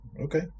okay